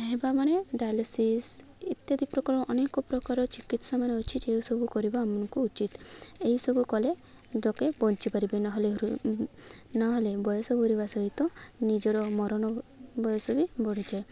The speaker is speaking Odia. ହେବା ମାନେ ଡାୟାଲିସିସ୍ ଇତ୍ୟାଦି ପ୍ରକାର ଅନେକ ପ୍ରକାର ଚିକିତ୍ସା ମାନ ଅଛି ଯେଉଁସବୁ କରିବା ଆମକୁ ଉଚିତ ଏହିସବୁ କଲେ ଲୋକେ ବଞ୍ଚିପାରିବେ ନହେଲେ ନହେଲେ ବୟସ ବରିବା ସହିତ ନିଜର ମରଣ ବୟସ ବି ବଢ଼ିଯାଏ